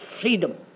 freedom